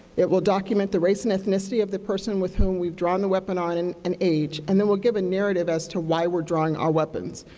it will document the race and ethnicity of the person with whom we have drawn the weapon on and and age, and then we'll give a narrative as to why we are drawing our weapons.